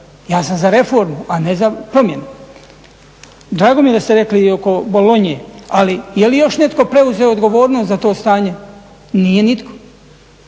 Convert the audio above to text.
Ja sam za reformu, a ne za promjene. Drago mi je da ste rekli i oko Bologne, ali je li još netko preuzeo odgovornost za to stanje? Nije nitko.